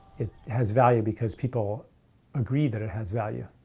it has value because people agree that it has value.